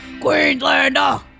Queenslander